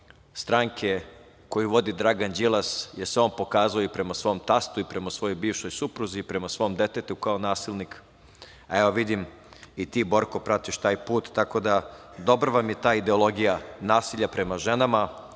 koju vodi Dragan Đilas jer se on pokazao prema svom tastu i prema svojoj bivšoj supruzi, prema svom detetu kao nasilnik, a evo vidim i ti Borko pratiš taj put, tako da dobra vam je ta ideologija nasilja prema ženama,